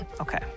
Okay